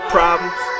Problems